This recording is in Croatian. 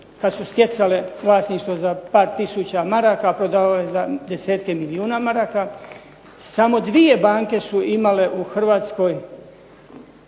kad su stjecale vlasništvo za par tisuća maraka, a prodavale za desetke milijuna maraka, samo dvije banke su imale u Hrvatskoj